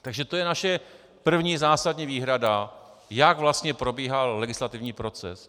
Takže to je naše první zásadní výhrada, jak vlastně probíhal legislativní proces.